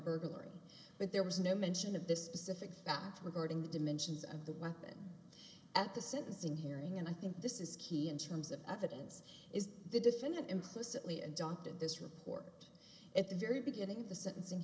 burglary but there was no mention of the specific facts regarding the dimensions of the weapon at the sentencing hearing and i think this is key in terms of evidence is that the defendant implicitly adopted this report at the very beginning of the sentencing